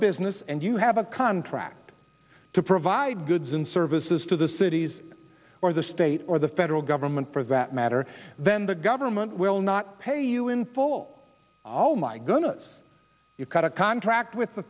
business and you have a contract to provide goods and services to the cities or the state or the federal government for that matter then the government will not pay you in full oh my goodness you've got a contract with the